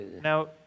Now